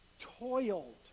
toiled